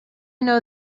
know